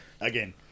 Again